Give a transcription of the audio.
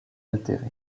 altéré